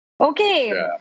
Okay